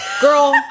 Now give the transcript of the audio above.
girl